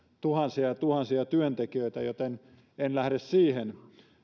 tuhansia ja tuhansia työntekijöitä joten en lähde siihen